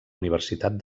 universitat